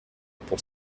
pour